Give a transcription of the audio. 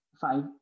five